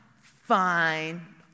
fine